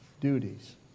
duties